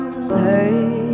Hey